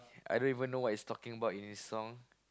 I don't even know what's he talking about in his song